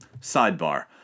sidebar